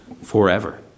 forever